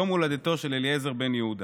יום הולדתו של אליעזר בן-יהודה.